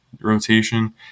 rotation